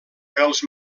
els